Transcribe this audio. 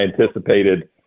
anticipated